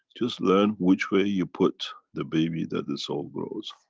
just learn which way you put the baby that the soul grows.